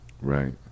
right